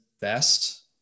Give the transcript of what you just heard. best